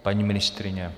Paní ministryně?